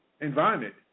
environment